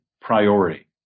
priority